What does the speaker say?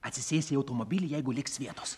atsisėsi į automobilį jeigu liks vietos